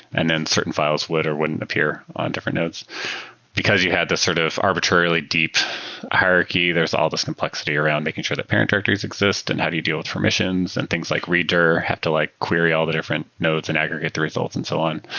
and then certain files would or wouldn't appear on different nodes because you had this sort of arbitrarily deep hierarchy. there's all these complexity around making sure that parent directories exist and how do you deal with permissions and things like reader have to like query all the different nodes and aggregate the results and so on.